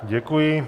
Děkuji.